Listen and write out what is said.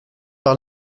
par